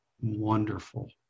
wonderful